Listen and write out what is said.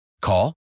Call